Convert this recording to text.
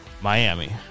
Miami